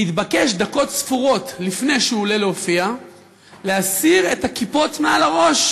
נתבקש דקות ספורות לפני שהוא עולה להופיע להסיר את הכיפות מעל הראש,